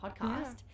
podcast